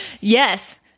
yes